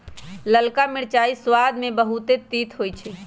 ललका मिरचाइ सबाद में बहुते तित होइ छइ